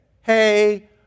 hey